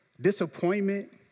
disappointment